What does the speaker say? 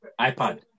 iPad